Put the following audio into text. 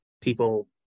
people